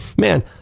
man